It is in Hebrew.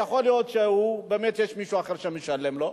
יכול להיות שבאמת יש מישהו אחר שמשלם לו,